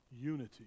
unity